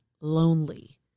lonely